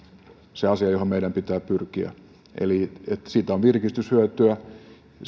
se asia johon meidän pitää pyrkiä siitä on virkistyshyötyä